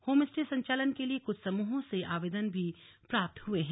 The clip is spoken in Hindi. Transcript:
होम स्टे संचालन के लिए कुछ समूहों से आवेदन भी प्राप्त हुए हैं